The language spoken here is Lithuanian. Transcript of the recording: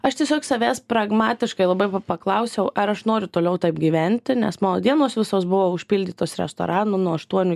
aš tiesiog savęs pragmatiškai labai paklausiau ar aš noriu toliau taip gyventi nes mano dienos visos buvo užpildytos restoranu nuo aštuonių